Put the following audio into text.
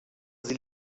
sie